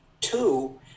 two